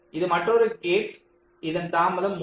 இது மற்றொரு கேட் இதன் தாமதம் 3